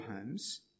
homes